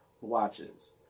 watches